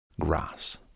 grass